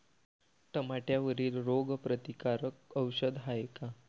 टमाट्यावरील रोग प्रतीकारक औषध हाये का?